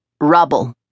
Rubble